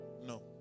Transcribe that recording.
No